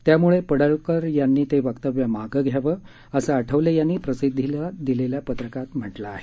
त्यामुळे पडळकर यांनी ते वक्तव्य मागे घ्यावं असं आठवले यांनी प्रसिद्धीली दिलेल्या पत्रकात म्हटलं आहे